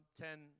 ten